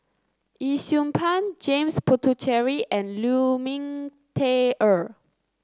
Yee Siew Pun James Puthucheary and Lu Ming Teh Earl